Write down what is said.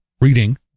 reading